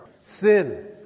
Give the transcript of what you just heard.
Sin